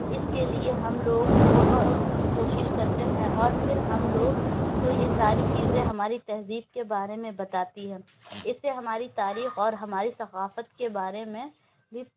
اس کے لیے ہم لوگ بہت کوشش کرتے ہیں اور پھر ہم لوگ کو یہ ساری چیزیں ہماری تہذیب کے بارے میں بتاتی ہیں اس سے ہماری تاریخ اور ہماری ثقافت کے بارے میں بھی